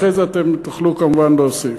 אחרי זה, אתם תוכלו, כמובן, להוסיף.